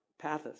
pathos